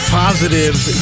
positives